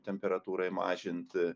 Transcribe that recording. temperatūrai mažinti